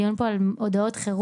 הדיון פה הוא על הודעות חירום,